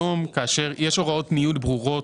אצלנו יש הוראות ניוד ברורות,